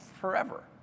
forever